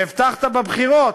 והבטחת בבחירות,